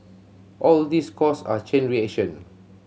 all these cause a chain reaction